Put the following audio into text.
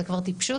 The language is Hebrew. זו כבר טיפשות.